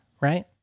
right